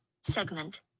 segment